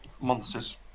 Monsters